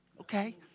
okay